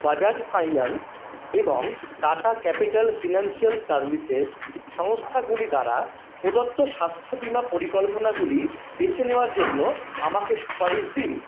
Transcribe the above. Bajaj finance এবং Tata capital financial services সংস্থাগুলি দ্বারা প্রদত্ত স্বাস্থ্য বীমা পরিকল্পনাগুলি বেছে নেওয়ার জন্য আমাকে সুপারিশ দিন